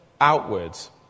outwards